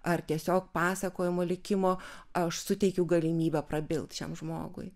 ar tiesiog pasakojimo likimo aš suteikiu galimybę prabilt šiam žmogui